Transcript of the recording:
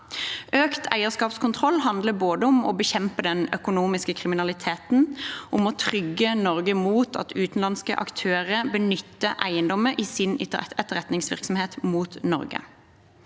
Økt eierskapskontroll handler både om å bekjempe den økonomiske kriminaliteten og om å trygge Norge mot at utenlandske aktører benytter eiendommer i sin etterretningsvirksomhet mot Norge.